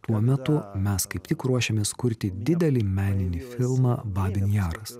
tuo metu mes kaip tik ruošėmės kurti didelį meninį filmą babin jaras